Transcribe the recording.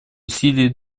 усилий